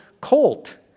colt